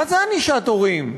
מה זה ענישת הורים?